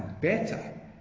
better